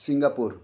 Singapore